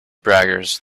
braggers